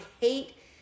hate